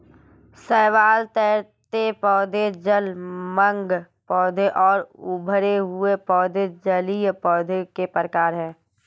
शैवाल, तैरते पौधे, जलमग्न पौधे और उभरे हुए पौधे जलीय पौधों के प्रकार है